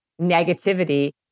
negativity